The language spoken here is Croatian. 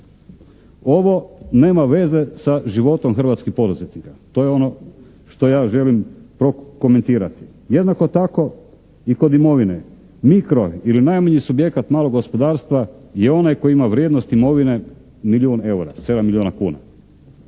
Ovo nema veze sa životom hrvatskih poduzetnika. To je ono što ja želim prokomentirati. Jednako tako i kod imovine, mikro ili najmanji subjekat malog gospodarstva je onaj koji ima vrijednost imovine milijun eura, 7 milijuna kuna.